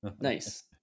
Nice